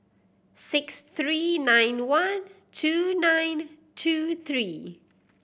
six three nine one two nine two three